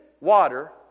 water